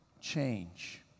change